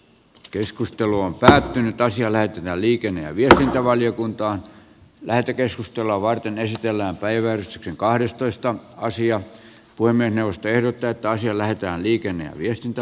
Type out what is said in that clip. puhemiesneuvosto ehdottaa että asia lähetetään liikenne ja viestintävaliokuntaan lähetekeskustelua varten esitellään päiväys kahdestoista asiaa voi mennä yhteenotto toisi lähetään liikenne viestintä